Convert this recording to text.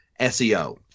SEO